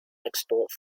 export